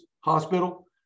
Hospital